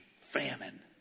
famine